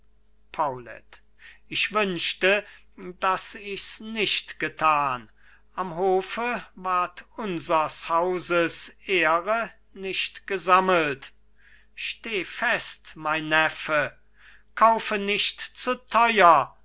ich wünschte daß ich's nicht getan am hofe ward unsers hauses ehre nicht gesammelt steh fest mein neffe kaufe nicht zu teuer